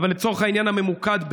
אבל לצורך העניין הממוקד,